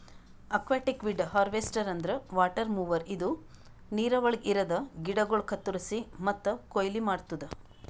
aquatic weed harvester ಅಂದ್ರ water mower ಇದು ನೀರವಳಗ್ ಇರದ ಗಿಡಗೋಳು ಕತ್ತುರಸಿ ಮತ್ತ ಕೊಯ್ಲಿ ಮಾಡ್ತುದ